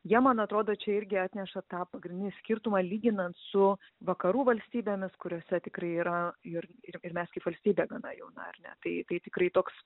jie man atrodo čia irgi atneša tą pagrindinį skirtumą lyginant su vakarų valstybėmis kuriose tikrai yra ir ir mes kaip valstybė gana jauna ar ne tai tai tikrai toks